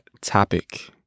topic